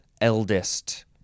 eldest